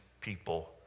people